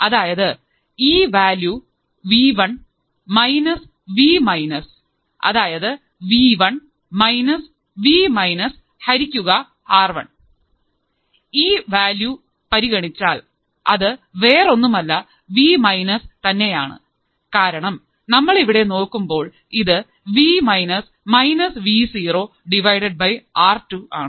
അതായത് ഈ value V one minus V minus അതായത് V one minus V minus ഹരിക്കുക R one V1 - V R1 ഈ value പരിഗണിച്ചാൽ അത് വേറൊന്നുമല്ല വി മൈനസ് തന്നെയാണ് കാരണം നമ്മളിവിടെ നോക്കുമ്പോൾ ഇത് V Vo R2